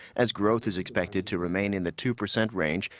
as growth is expected to remain in the two percent range,